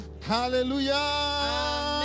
Hallelujah